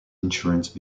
insurance